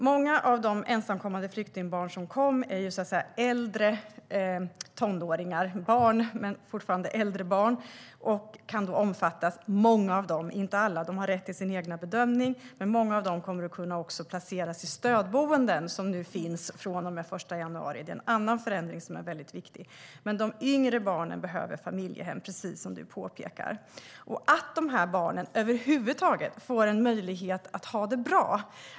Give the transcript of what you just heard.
Många av de ensamkommande flyktingbarnen är äldre tonåringar. De är barn, men äldre barn. Många av dem - inte alla, utan de har rätt till en egen bedömning - kommer att kunna placeras i stödboenden som finns från och med den 1 januari. Det är en annan förändring som är mycket viktig. Men de yngre barnen behöver familjehem precis som du påpekar, Sofia Fölster. Det gäller att dessa barn över huvud taget får en möjlighet att ha det bra.